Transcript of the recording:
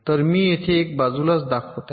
तर मी हे येथे बाजूलाच दाखवित आहे